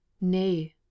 Nay